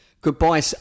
Goodbye